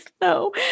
no